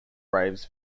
braves